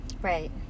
right